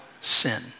sin